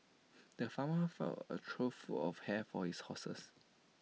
the farmer filled A trough full of hay for his horses